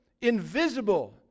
invisible